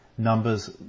Numbers